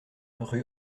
rue